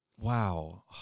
wow